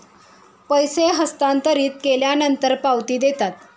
पैसे हस्तांतरित केल्यानंतर पावती देतात